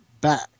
back